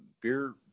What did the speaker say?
beer